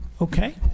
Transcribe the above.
okay